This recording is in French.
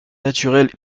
naturel